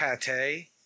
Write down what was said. pate